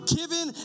given